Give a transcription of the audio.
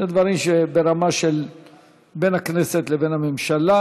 אלו דברים ברמה שבין הכנסת לבין הממשלה.